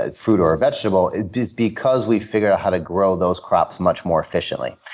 ah fruit or a vegetable is because we've figured out how to grow those crops much more efficiently.